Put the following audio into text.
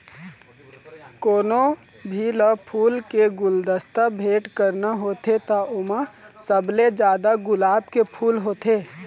कोनो भी ल फूल के गुलदस्ता भेट करना होथे त ओमा सबले जादा गुलाब के फूल होथे